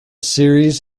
series